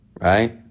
right